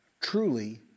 truly